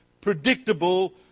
predictable